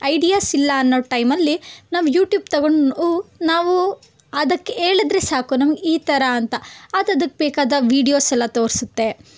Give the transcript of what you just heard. ideas ಇಲ್ಲ ಅನ್ನೋ ಟೈಮಲ್ಲಿ ನಾವು ಯೂಟ್ಯೂಬ್ ತೊಗೊಂಡು ನಾವು ಅದಕ್ಕೆ ಹೇಳದ್ರೆ ಸಾಕು ನಮ್ಗೆ ಈ ಥರ ಅಂತ ಅದು ಅದಕ್ಕೆ ಬೇಕಾದ ವಿಡಿಯೋಸೆಲ್ಲಾ ತೋರಿಸುತ್ತೆ